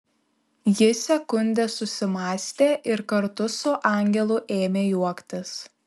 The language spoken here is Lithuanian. ji sekundę susimąstė ir kartu su angelu ėmė juoktis